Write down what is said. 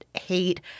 hate